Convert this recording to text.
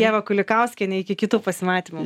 ieva kulikauskienė iki kitų pasimatymų